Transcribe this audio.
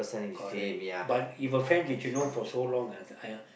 correct but if a friend which you know for so long ah I uh